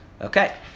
Okay